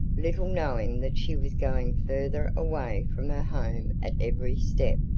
little knowing that she was going further away from her home at every step.